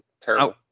terrible